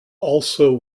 also